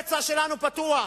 הפצע שלנו פתוח,